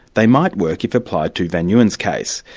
they might work if applied to van nguyen's case.